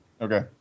Okay